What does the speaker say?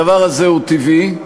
הדבר הזה הוא טבעי.